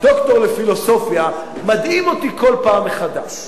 הדוקטור לפילוסופיה, מדהים אותי כל פעם מחדש.